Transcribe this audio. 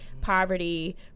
poverty